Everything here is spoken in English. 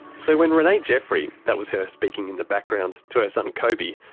so when renay jeffrey. that was her speaking in the background to her son kobe.